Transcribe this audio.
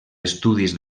estudis